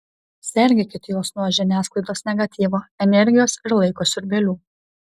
sergėkit juos nuo žiniasklaidos negatyvo energijos ir laiko siurbėlių